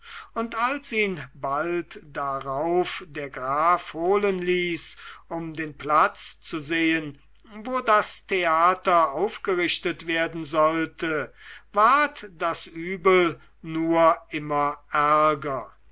und als ihn bald darauf der graf holen ließ um den platz zu sehen wo das theater aufgerichtet werden sollte ward das übel nur immer ärger